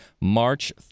March